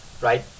right